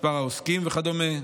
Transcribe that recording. את מספר העוסקים וכדומה,